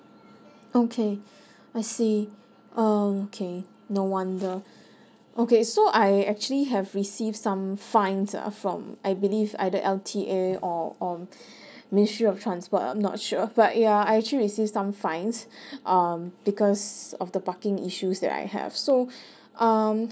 okay I see err okay no wonder okay so I actually have received some fines uh from I believe either L_T_A or or ministry of transport I'm not sure but ya I actually received some fines um because of the parking issues that I have so um